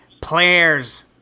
players